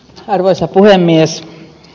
arvoisa puhemies